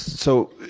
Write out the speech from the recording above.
so